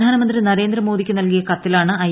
പ്രധാനമന്ത്രി നരേന്ദ്രമോദിക്ക് നൽകിയ കത്തിലാണ് ഐ